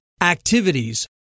activities